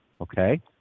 Okay